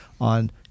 on